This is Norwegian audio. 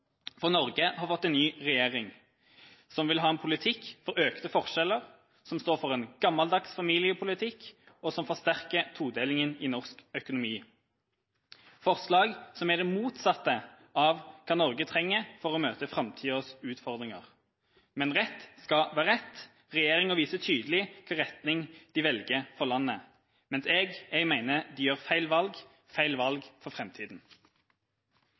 For Norge har fått en ny regjering som vil ha en politikk for økte forskjeller, som står for en gammeldags familiepolitikk, og som forsterker todelinga i norsk økonomi. Regjeringas forslag er det motsatte av hva Norge trenger for å møte framtidas utfordringer. Men rett skal være rett: Regjeringa viser tydelig hvilken retning de velger for landet. Men jeg mener de gjør feil valg – feil valg for